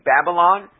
Babylon